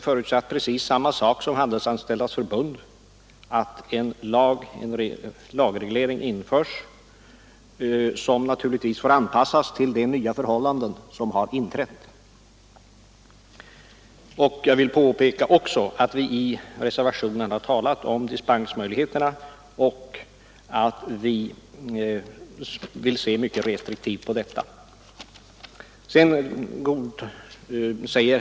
Där framförs samma förslag som Handelsanställdas förbund har lagt fram, nämligen att en lagregel införs som anpassas till de nya förhållanden som har inträtt. Jag vill också påpeka att vi i reservationen har talat om dispensmöjlighet men att vi anser att ett dispenssystem bör tillämpas mycket restriktivt.